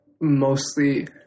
mostly